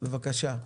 בבקשה.